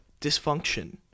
dysfunction